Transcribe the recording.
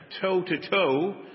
toe-to-toe